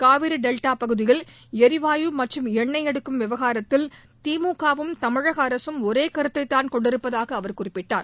Kaveri delta பகுதியில் எரிவாயு மற்றும் எண்ணெய் எடுக்கும் விவகாரத்தில் திமுகவும் தமிழக அரசும் ஒரே கருத்தைதான் கொண்டிருப்பதாக அவர் குறிப்பிட்டார்